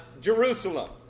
Jerusalem